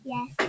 Yes